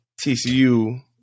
TCU